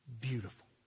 beautiful